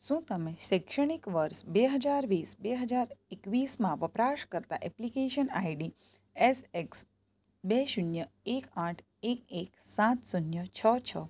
શું તમે શૈક્ષણિક વર્ષ બે હજાર વીસ બે હજાર એકવીસ માં વપરાશકર્તા એપ્લિકેશન આઈડી એસ એક્સ બે શૂન્ય એક આઠ એક એક સાત શૂન્ય છ છ